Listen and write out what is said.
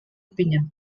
opinion